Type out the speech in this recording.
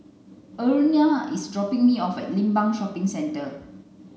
Erna is dropping me off at Limbang Shopping Centre